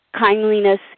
kindliness